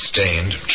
Stained